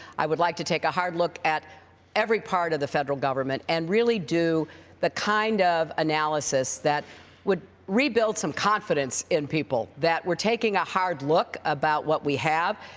i would like to take a hard look at every part of the federal government and really do the kind of analysis that would rebuild some confidence in people that we're taking a hard look about what we have,